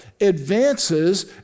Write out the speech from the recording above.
advances